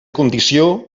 condició